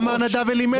איך אמר נדב אלימלך?